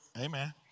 Amen